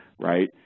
right